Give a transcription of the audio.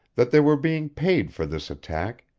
that they were being paid for this attack,